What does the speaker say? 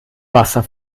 wasser